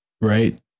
right